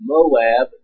Moab